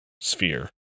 sphere